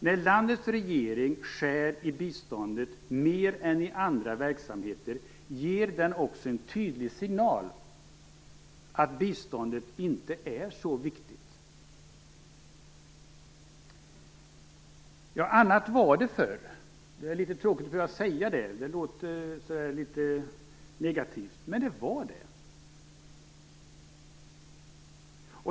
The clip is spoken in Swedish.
När landets regering skär i biståndet mer än i andra verksamheter ger den också en tydlig signal om att biståndet inte är så viktigt. Annat var det förr. Det är litet tråkigt att behöva säga det, för det låter litet negativt, men det var det.